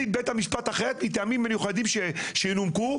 בית המשפט אחרת מטעמים מיוחדים שינומקו.